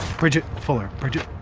bridget fuller. bridget.